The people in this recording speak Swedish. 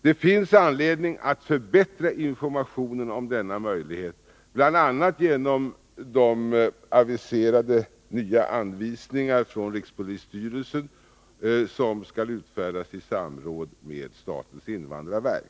Det finns anledning att förbättra informationen om denna möjlighet, bl.a. genom aviserade nya anvisningar från rikspolisstyrelsen som skall utfärdas i samråd med statens invandrarverk.